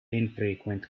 infrequent